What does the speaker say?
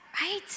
right